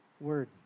Word